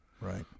right